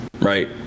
right